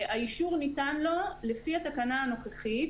האישור ניתן לו לפי התקנה הנוכחית,